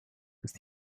ist